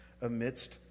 amidst